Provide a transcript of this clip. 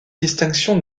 distinction